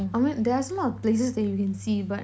I mean there's a lot of places that you can see but